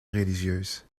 religieuses